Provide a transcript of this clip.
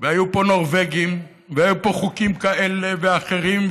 והיו פה נורבגים והיו פה חוקים כאלה ואחרים,